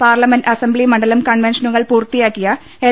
parliament assembly മണ്ഡലം കൺവെൻഷനുകൾ പൂർത്തിയാക്കിയ എൽ